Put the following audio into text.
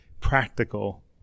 practical